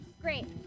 Great